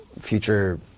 future